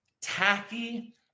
tacky